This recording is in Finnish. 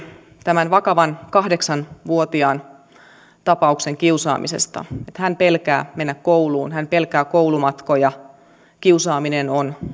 tämän vakavan tapauksen kahdeksan vuotiaan kiusaamisesta että hän pelkää mennä kouluun hän pelkää koulumatkoja kiusaaminen on